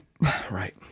Right